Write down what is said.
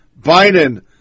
biden